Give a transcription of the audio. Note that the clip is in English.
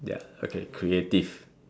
ya okay creative